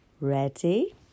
Ready